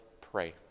pray